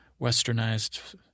westernized